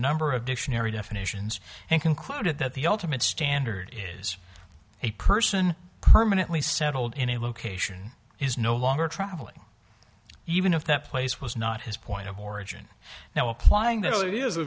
a number of dictionary definitions and concluded that the ultimate standard is a person permanently settled in a location is no longer travelling even if that place was not his point of origin now applying that it is a